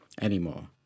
anymore